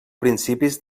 principis